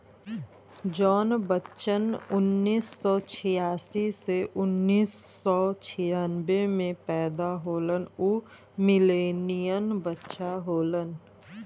जौन बच्चन उन्नीस सौ छियासी से उन्नीस सौ छियानबे मे पैदा होलन उ मिलेनियन बच्चा होलन